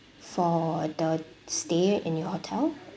for the stay in the hotel